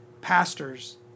pastors